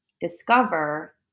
discover